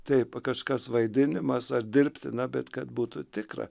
taip kažkas vaidinimas ar dirbtina bet kad būtų tikra